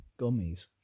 gummies